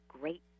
great